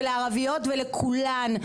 ולערביות ולכולן,